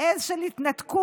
עז של התנתקות,